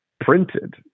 printed